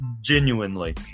genuinely